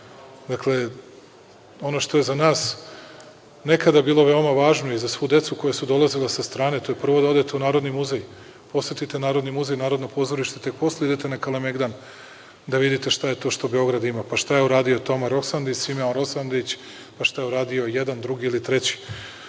usluga. Ono što je za nas nekada bilo veoma važno i za svu decu koja su dolazila sa strane, to je prvo da odete u Narodni muzej, posetite Narodni muzej, Narodno pozorište. Tek posle idete na Kalemegdan, da vidite šta je to što Beograd ima, pa šta je uradio Toma Rosandić, Simeon Roksandić, šta je uradio jedan, drugi ili treći.